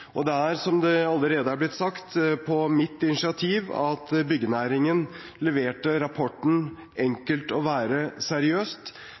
Det var, som det allerede er blitt sagt, på mitt initiativ at byggenæringen leverte rapporten «Enkelt å være